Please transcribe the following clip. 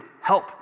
help